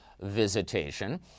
visitation